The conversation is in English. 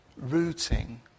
rooting